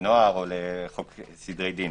הנוער או לחוק סדרי דין,